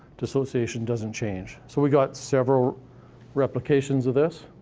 dissociation doesn't change. so we got several replications of this.